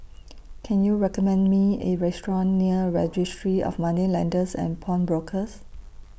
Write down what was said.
Can YOU recommend Me A Restaurant near Registry of Moneylenders and Pawnbrokers